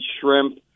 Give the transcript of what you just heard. shrimp